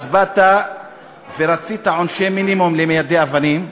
אז רצית עונשי מינימום למיידי אבנים.